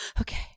Okay